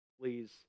please